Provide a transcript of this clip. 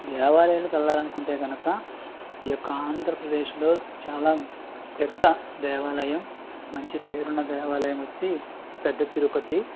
దేవాలయాలకి వెళ్లాలనుకుంటే కనుక ఈ యొక్క ఆంధ్రప్రదేశ్లో చాలా పెద్ద దేవాలయం మంచి పేరున్న దేవాలయం వచ్చి పెద్ద తిరుపతి